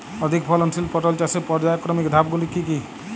অধিক ফলনশীল পটল চাষের পর্যায়ক্রমিক ধাপগুলি কি কি?